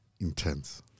intense